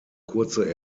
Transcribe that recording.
kurze